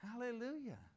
hallelujah